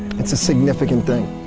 it's a significant thing.